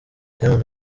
diamond